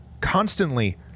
constantly